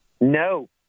No